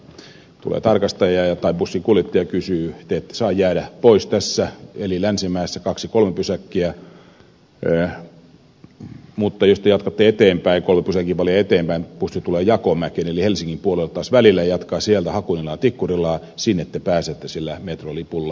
voi tulla tarkastaja tai bussinkuljettaja sanoo että te ette saa jäädä pois länsimäessä parin pysäkin päässä mutta jos te jatkatte kolme pysäkinväliä eteenpäin bussi tulee jakomäkeen eli helsingin puolelle taas välillä ja jatkaa sieltä hakunilaan ja tikkurilaan ja sinne te pääsette sillä metrolipulla